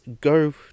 go